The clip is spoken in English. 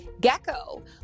Gecko